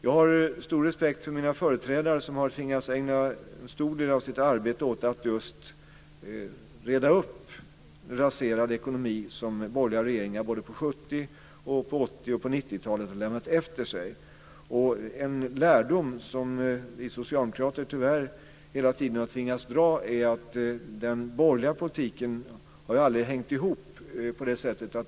Jag har stor respekt för mina företrädare som har tvingats ägna en stor del av sitt arbete åt att reda upp en raserad ekonomi som borgerliga regeringar både på 70-, 80 och 90-talet har lämnat efter sig. En lärdom som vi socialdemokrater tyvärr hela tiden har tvingats dra är att den borgerliga politiken aldrig har hängt ihop.